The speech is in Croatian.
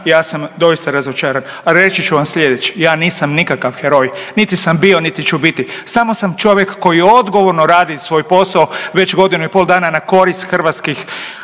ja sam doista razočaran. A reći ću vam slijedeće, ja nisam nikakav heroj, niti sam bio, niti ću biti, samo sam čovjek koji odgovorno radi svoj posao već godinu i pol dana na korist hrvatskih